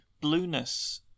blueness